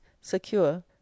secure